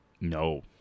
no